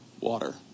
water